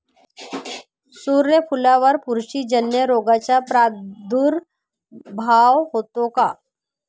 सूर्यफुलावर बुरशीजन्य रोगाचा प्रादुर्भाव होतो का?